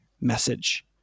message